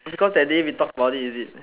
because that day we talked about it is it